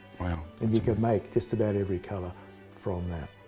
wow. and you can make just about every color from that.